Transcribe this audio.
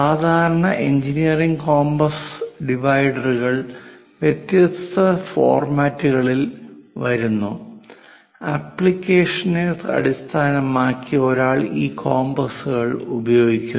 സാധാരണ engineering compass ഡിവൈഡറുകൾ വ്യത്യസ്ത ഫോർമാറ്റുകളിൽ വരുന്നു ആപ്ലിക്കേഷനെ അടിസ്ഥാനമാക്കി ഒരാൾ ഈ കോമ്പസ്സുകൾ ഉപയോഗിക്കുന്നു